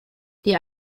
die